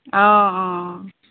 অঁ অঁ